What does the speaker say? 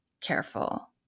careful